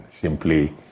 simply